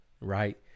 right